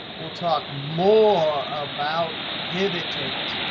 we'll talk more about pivot tables.